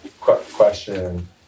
question